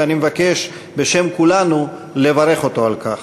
ואני מבקש בשם כולנו לברך אותו על כך.